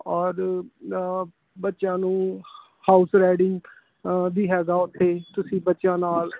ਔਰ ਬੱਚਿਆਂ ਨੂੰ ਹਾਊਸ ਰੈਡਿੰਗ ਵੀ ਹੈਗਾ ਉੱਥੇ ਤੁਸੀਂ ਬੱਚਿਆਂ ਨਾਲ